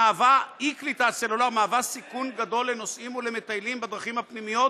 אי-קליטת סלולר יוצרת סיכון גדול לנוסעים ולמטיילים בדרכים הפנימיות,